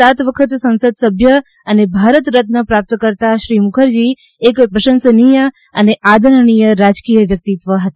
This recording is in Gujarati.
સાત વખત સંસદસભ્ય અને ભારત રત્ન પ્રાપ્તકર્તા શ્રી મુખરજી એક પ્રશંસનીય અને આદરણીય રાજકીય વ્યક્તિત્વ હતા